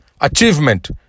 achievement